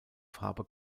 habe